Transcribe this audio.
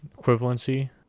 equivalency